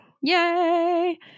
Yay